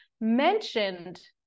mentioned